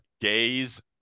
Gaze